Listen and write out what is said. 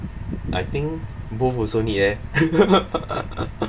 I think both also need eh